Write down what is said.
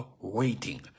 waiting